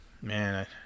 man